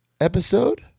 episode